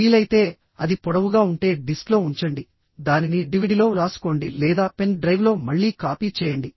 వీలైతే అది పొడవుగా ఉంటే డిస్క్లో ఉంచండి దానిని డివిడిలో వ్రాసుకోండి లేదా పెన్ డ్రైవ్లో మళ్లీ కాపీ చేయండి